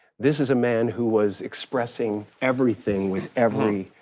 this is a man who was expressing everything with every,